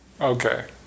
Okay